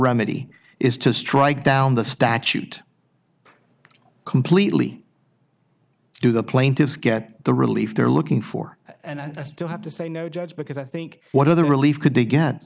remedy is to strike down the statute completely do the plaintiffs get the relief they're looking for and i still have to say no judge because i think what other relief could